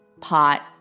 Pot